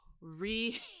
re